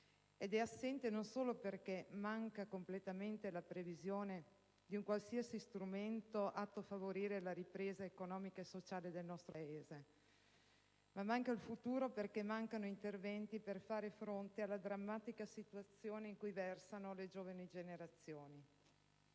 Ed è assente non solo perché manca completamente la previsione di un qualsiasi strumento atto a favorire la ripresa economica e sociale del nostro Paese, ma manca il futuro, perché mancano interventi per far fronte alla drammatica situazione in cui versano le giovani generazioni.